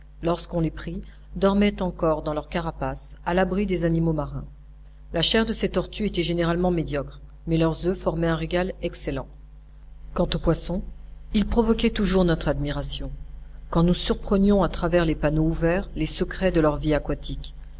lorsqu'on les prit dormaient encore dans leur carapace à l'abri des animaux marins la chair de ces tortues était généralement médiocre mais leurs oeufs formaient un régal excellent quant aux poissons ils provoquaient toujours notre admiration quand nous surprenions à travers les panneaux ouverts les secrets de leur vie aquatique